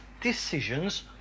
decisions